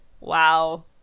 Wow